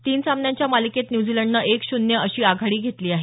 तीन सामन्यांच्या मालिकेत न्यूझीलंडनं एक शून्य अशी आघाडी घेतली आहे